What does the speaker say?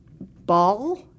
Ball